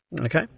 Okay